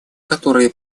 которые